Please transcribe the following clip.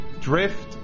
Drift